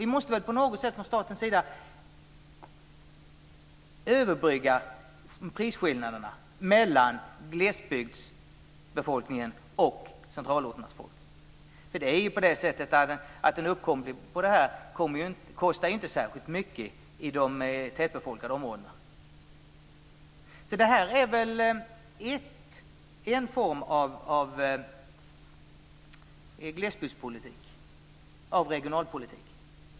Vi måste på något sätt från statens sida överbrygga prisskillnaderna mellan glesbygdsbefolkningen och befolkningen i centralorterna. En uppkoppling kostar inte särskilt mycket i de tätbefolkade områdena. Det här är väl en form av glesbygdspolitik och regionalpolitik.